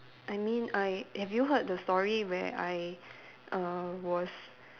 I mean I have you heard the story where I err was